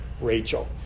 Rachel